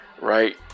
right